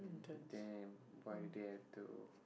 damn why do they have though